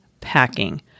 packing